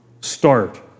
Start